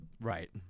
Right